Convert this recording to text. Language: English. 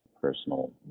personal